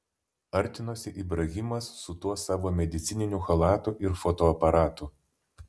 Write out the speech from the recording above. artinosi ibrahimas su tuo savo medicininiu chalatu ir fotoaparatu